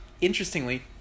interestingly